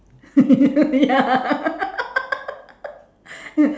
ya